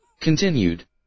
Continued